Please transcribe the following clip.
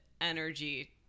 energy